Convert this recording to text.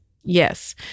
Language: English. Yes